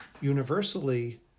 universally